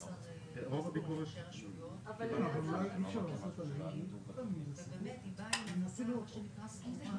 האינטרסים האלה בצורה מקצועית ושזה לא יהיה סתם איזה שהוא נציג,